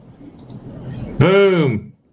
Boom